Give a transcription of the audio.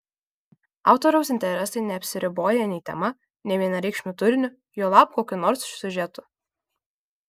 autoriaus interesai neapsiriboja nei tema nei vienareikšmiu turiniu juolab kokiu nors siužetu